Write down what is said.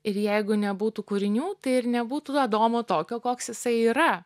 ir jeigu nebūtų kūrinių tai ir nebūtų adomo tokio koks jisai yra